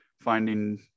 finding